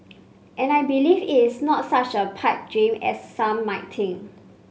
and I believe it's not such a pipe dream as some might think